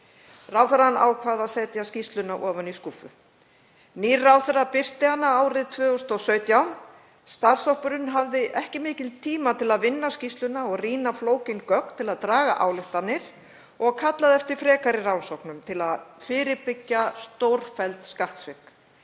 Ráðherrann ákvað að setja skýrsluna ofan í skúffu. Nýr ráðherra birti hana árið 2017. Starfshópurinn hafði ekki mikinn tíma til að vinna skýrsluna og rýna flókin gögn til að draga ályktanir og kallaði eftir frekari rannsóknum til að fyrirbyggja stórfelld skattsvik.